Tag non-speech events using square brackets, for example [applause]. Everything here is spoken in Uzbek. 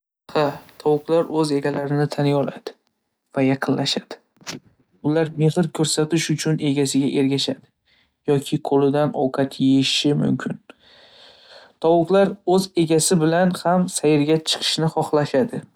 Ha, tovuqlar o‘z egalarini taniy oladi va yaqinlashishadi. [noise] Ular mehr ko‘rsatish uchun egasiga ergashadi yoki qo‘lidan ovqat yeyishi mumkin. Tovuqlar o'z egasi bilan sayirga chiqishni xohlashadi.